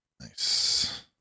Nice